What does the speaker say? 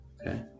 Okay